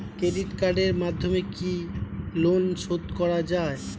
Credit কার্ডের মাধ্যমে কি লোন শোধ করা যায়?